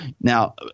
Now